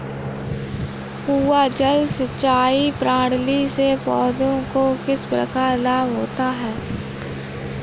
कुआँ जल सिंचाई प्रणाली से पौधों को किस प्रकार लाभ होता है?